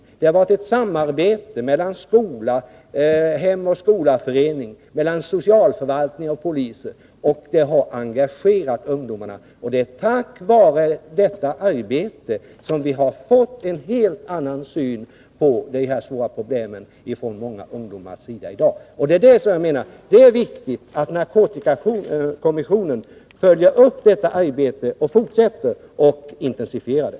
Ett samarbete har skett mellan Hem och Skola-föreningar, socialförvaltning och polis. Det har engagerat ungdomarna. Tack vare detta arbete har många ungdomar i dag fått en helt annan syn på dessa svåra problem. Det är viktigt att narkotikakommissionen följer upp detta arbete samt intensifierar det.